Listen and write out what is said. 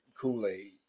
kool-aid